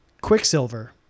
quicksilver